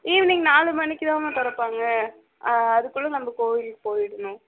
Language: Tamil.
ஈவினிங் நாலு மணிக்கு தான்ம்மா திறப்பாங்க அதுக்குள்ளே நம்ம கோயிலுக்கு போய்விடணும்